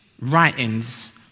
writings